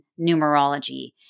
numerology